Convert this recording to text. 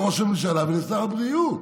לראש הממשלה ולשר הבריאות.